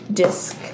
disc